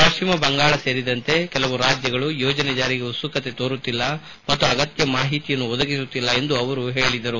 ಪಶ್ಲಿಮ ಬಂಗಾಳ ಸೇರಿದಂತೆ ಕೆಲವು ರಾಜ್ಙಗಳು ಯೋಜನೆ ಜಾರಿಗೆ ಉತ್ಸುಕತೆ ತೋರುತ್ತಿಲ್ಲ ಮತ್ತು ಅಗತ್ತ ಮಾಹಿತಿಯನ್ನು ಒದಗಿಸುತ್ತಿಲ್ಲ ಎಂದು ಅವರು ಹೇಳಿದರು